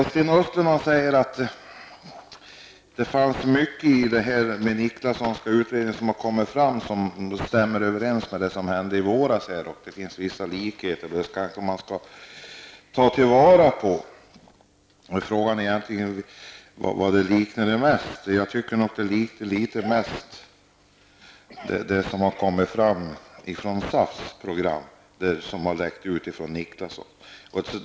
Sten Östlund säger att mycket av det som kommit fram i den Nicklassonska utredningen stämmer överens med det som hände i våras och att det finns vissa likheter som man kanske skall ta till vara. Frågan är egentligen vad det liknade mest. Jag tycker att det som läckt ut från den Nicklassonska utredningen mest liknar SAFs program.